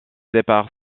départ